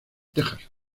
texas